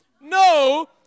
No